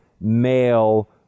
male